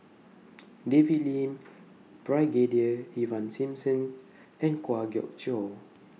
David Lim Brigadier Ivan Simson and Kwa Geok Choo